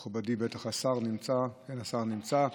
מכובדי, בטח השר נמצא, כן, השר נמצא,